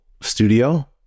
studio